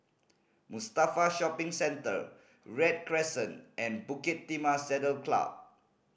Mustafa Shopping Centre Read Crescent and Bukit Timah Saddle Club